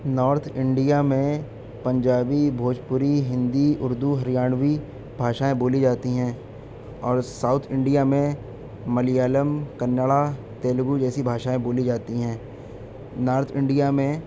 north India میں پنجابی بھوجپوری ہندی اردو ہریانوی بھاشائیں بولی جاتی ہیں اور ساؤتھ انڈیا میں ملیالم کنڈا تیلگو جیسی بھاشائیں بولی جاتی ہیں نارتھ انڈیا میں